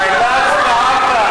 אולי תגיד לנו, מה מעיק עליך?